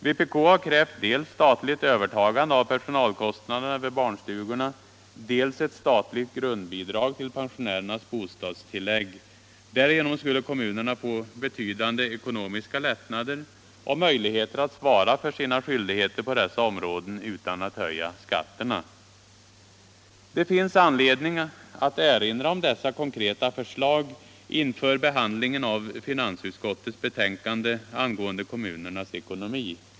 Vpk har krävt dels statligt övertagande av personalkostnaderna vid barnstugorna, dels ett statligt grundbidrag till pensionärernas bostadstilllägg. Därigenom skulle kommunerna få betydande ekonomiska lättnader och möjligheter att svara för sina skyldigheter på dessa områden utan att höja skatterna. Det finns anledning att erinra om dessa konkreta förslag inför behandlingen av finansutskottets betänkande angående kommunernas ekonomi.